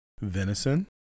venison